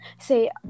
say